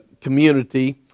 community